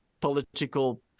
political